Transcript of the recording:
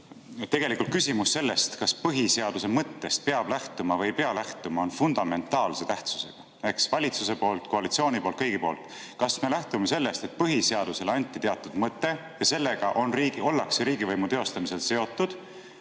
küsin. Küsimus sellest, kas põhiseaduse mõttest peab lähtuma või ei pea lähtuma, on fundamentaalse tähtsusega, eks, valitsuse poolt, koalitsiooni poolt, kõigi poolt. Kas me lähtume sellest, et põhiseadusele anti teatud mõte ja sellega ollakse riigivõimu teostamisel seotud,